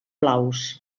blaus